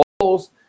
goals